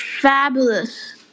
fabulous